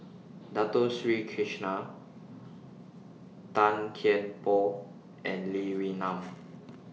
Dato Sri Krishna Tan Kian Por and Lee Wee Nam